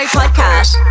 podcast